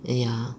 ya